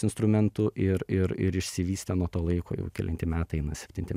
instrumentų ir ir ir išsivystė nuo to laiko jau kelinti metai eina septinti